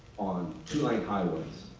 on two-lane highways